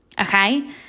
Okay